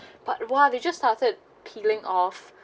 but !wah! they just started peeling off